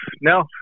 No